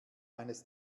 eines